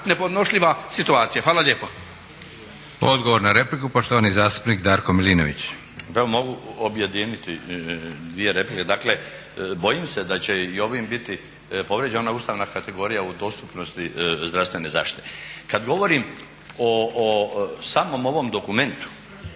nepodnošljiva situacija. Hvala lijepa. **Leko, Josip (SDP)** Odgovor na repliku poštovani zastupnik Darko Milinović. **Milinović, Darko (HDZ)** Evo mogu objediniti dvije replike. Dakle, bojim se da će i ovim biti povrijeđeno ona ustavna kategorija o dostupnosti zdravstvene zaštite. Kad govori o samom ovom dokumentu